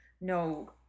no